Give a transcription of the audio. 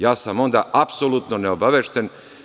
Ja sam onda apsolutno neobavešten.